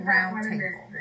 Roundtable